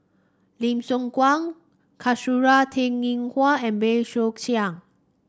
Lim Siong Guan Kasura Teng Ying Hua and Bey Soo Khiang